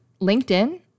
LinkedIn